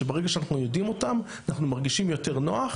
שברגע שאנחנו יודעים אותם אנחנו מרגישים יותר נוח,